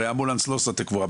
הרי האמבולנס לא עושה את הקבורה.